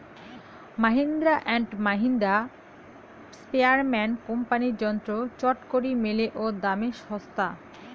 Mahindra and Mahindra, sprayerman কোম্পানির যন্ত্র চটকরি মেলে ও দামে ছস্তা